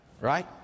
right